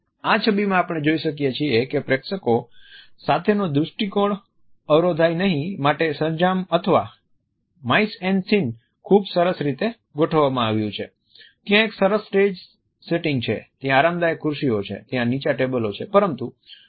આ છબીમાં આપણે જોઈ શકીએ કે પ્રેક્ષકો સાથેનો દૃષ્ટિકોણ અવરોધાય નહીં માટે સરંજામ અથવા માઈશ એન સીન ખૂબ સરસ રીતે કરવામાં આવ્યું છે ત્યાં એક સરસ સ્ટેજ સેટિંગ છે ત્યાં આરામદાયક ખુરશીઓ છે ત્યાં નીચા ટેબલો છે